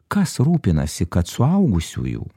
kas rūpinasi kad suaugusiųjų